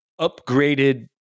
upgraded –